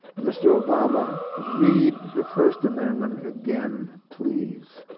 mr. obama, read the first amendment again, please.